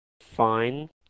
fine